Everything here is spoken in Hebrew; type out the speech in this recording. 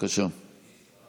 אני אנסה.